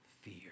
fear